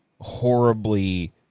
horribly